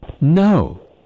No